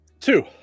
Two